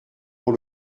pour